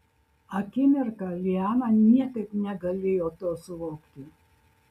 akimirką liana niekaip negalėjo to suvokti